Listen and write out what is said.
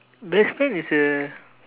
Brisbane is a